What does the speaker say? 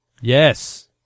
Yes